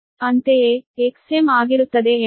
ಅಂತೆಯೇ Xm ಆಗಿರುತ್ತದೆ 8013